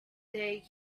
they